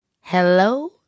Hello